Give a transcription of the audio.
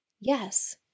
Yes